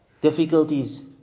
difficulties